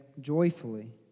joyfully